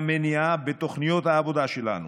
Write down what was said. השרים וחברי הכנסת אלא בשביל הציבור.